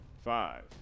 five